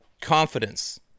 confidence